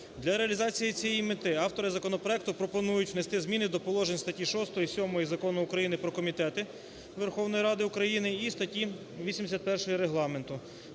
Для реалізації цієї мети автори законопроекту пропонують внести зміни до положень статті 6 і 7 Закону України "Про комітети Верховної Ради України" і статті 81 Регламенту,